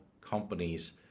companies